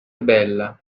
bella